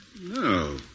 No